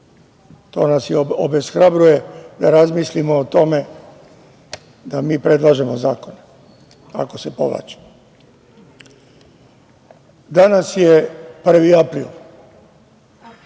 To nas obeshrabruje da razmislimo o tome da mi predlažemo zakone, ako se povlače. Danas je 1. april,